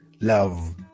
love